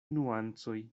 nuancoj